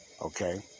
okay